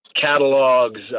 catalogs